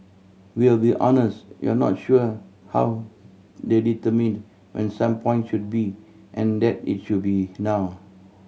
we'll be honest we're not sure how they determined when some point should be and that it should be now